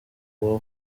kuba